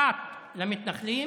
אחת למתנחלים